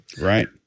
Right